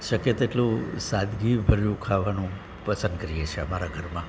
શક્ય તેટલું સાદગીભર્યું ખાવાનું પસંદ કરીએ છીએ અમારા ઘરમાં